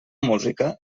música